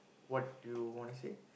what you wanna say